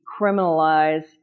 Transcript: criminalize